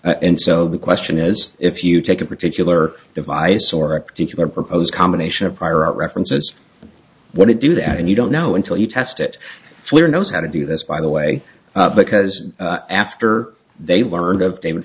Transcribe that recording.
and so the question is if you take a particular device or a particular proposed combination of prior art references and what to do that and you don't know until you test it clear knows how to do this by the way because after they learned of